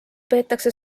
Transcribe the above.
peetakse